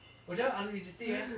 我觉得 unrealistic eh